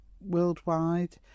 worldwide